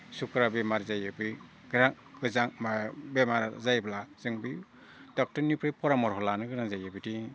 सुक्रा बेमार जायो बै गोजा मा बेमार जायोब्ला जों बे ड'क्टरनिफ्राय परामर्ख लानो गोनां जायो बिदि